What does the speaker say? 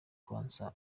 konsa